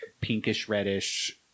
pinkish-reddish